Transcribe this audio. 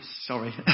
Sorry